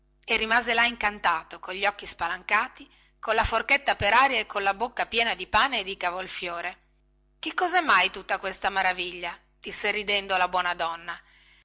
e rimase là incantato cogli occhi spalancati colla forchetta per aria e colla bocca piena di pane e di cavolfiore che cosè mai tutta questa maraviglia disse ridendo la buona donna